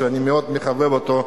שאני מאוד מחבב אותו,